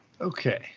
Okay